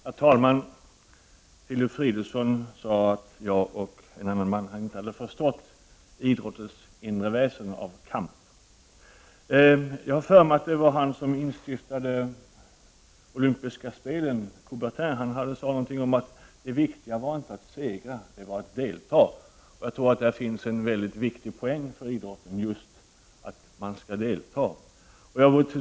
Herr talman! Filip Fridolfsson sade att bl.a. jag inte hade förstått idrottens inre väsen när det gäller kampen. Men jag har för mig att Pierre de Coubertin, som instiftade de olympiska spelen, har sagt någonting om att det viktiga inte är att segra utan att delta. Jag tror att det ligger en väldigt viktig poäng i det i fråga om idrotten. Det handlar alltså just om att delta.